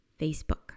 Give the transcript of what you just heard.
Facebook